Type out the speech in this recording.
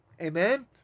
Amen